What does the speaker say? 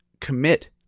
commit